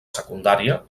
secundària